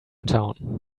town